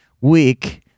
week